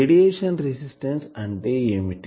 radiation resistance అంటే ఏమిటి